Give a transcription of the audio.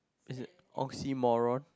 as in oxymoron